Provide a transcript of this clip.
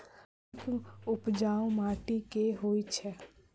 अधिक उपजाउ माटि केँ होइ छै?